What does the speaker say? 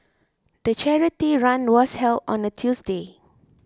the charity run was held on a Tuesday